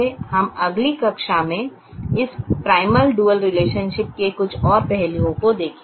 हम अगली कक्षा में इस प्राइमल डुअल रिलेशनशिप के कुछ और पहलुओं को देखेंगे